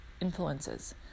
influences